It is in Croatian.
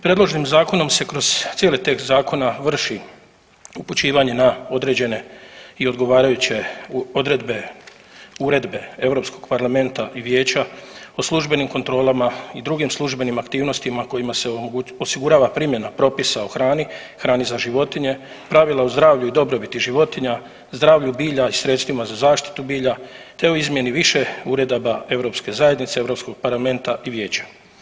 Predloženim zakonom se kroz cijeli tekst zakona vrši upućivanje na određene i odgovarajuće odredbe uredbe Europskog parlamenta i Vijeća o službenim kontrolama i drugim službenim aktivnostima kojima se osigurava primjena propisa o hrani, hrani za životinje, pravila o zdravlju i dobrobiti životinja, zdravlju bilja i sredstvima za zaštitu bilja te o izmjeni više uredaba EZ-a, EU Parlamenta i Vijeća.